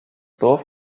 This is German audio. dorf